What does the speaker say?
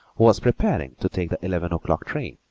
who was preparing to take the eleven o'clock train.